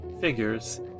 figures